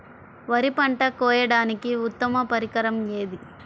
వరి పంట కోయడానికి ఉత్తమ పరికరం ఏది?